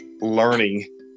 learning